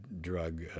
drug